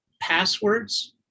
passwords